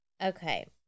Okay